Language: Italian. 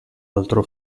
altro